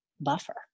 buffer